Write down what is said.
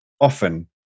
often